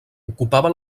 ocupava